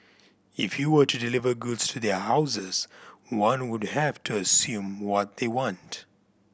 if you were to deliver goods to their houses one would have to assume what they want